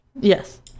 Yes